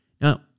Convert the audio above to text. Now